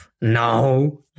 No